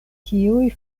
kiuj